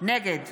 נגד